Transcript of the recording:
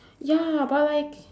ya but like